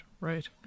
right